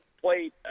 played